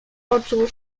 oczu